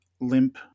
limp